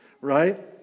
right